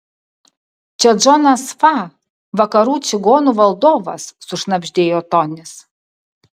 čia džonas fa vakarų čigonų valdovas sušnabždėjo tonis